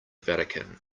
vatican